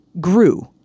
grew